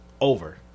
over